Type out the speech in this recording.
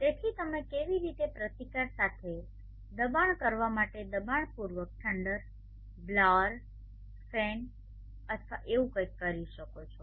તેથી તમે કેવી રીતે પ્રતિકાર સાથે દબાણ કરવા માટે દબાણપૂર્વક ઠંડક બ્લાઅર ફેન અથવા એવું કંઈક કરી શકો છો